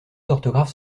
d’orthographe